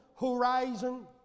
horizon